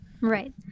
Right